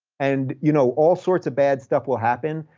and you know all sorts of bad stuff will happen,